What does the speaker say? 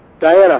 Diana